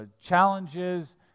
challenges